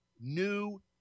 new